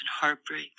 heartbreak